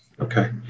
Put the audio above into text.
Okay